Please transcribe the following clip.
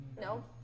No